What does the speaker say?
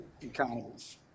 economies